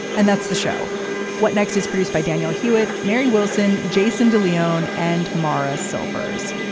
and that's the show what next is produced by daniel hewitt, mary wilson, jason de leon and morra silvers.